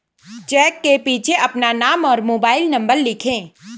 check के पीछे अपना नाम और मोबाइल नंबर लिखें